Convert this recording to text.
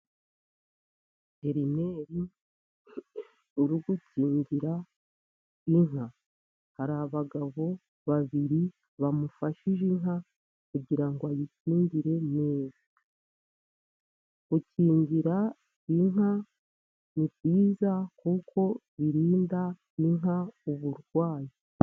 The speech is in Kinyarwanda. Veterineri urugukingira inka, hari abagabo babiri bamufashije inka kugira ngo ayikingire neza, gukingira inka ni byiza kuko birinda inka uburwayi.